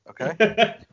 Okay